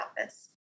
office